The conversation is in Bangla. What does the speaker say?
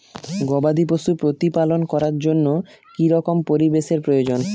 গবাদী পশু প্রতিপালন করার জন্য কি রকম পরিবেশের প্রয়োজন?